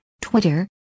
Twitter